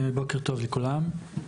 בוקר טוב לכולם,